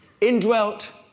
indwelt